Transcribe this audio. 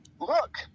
Look